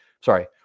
sorry